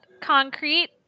concrete